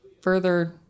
further